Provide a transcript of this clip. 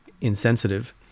insensitive